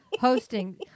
hosting